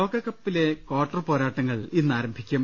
ലോകകപ്പിലെ ക്വാർട്ടർ പോരാട്ടങ്ങൾ ഇന്ന് ആരംഭിക്കും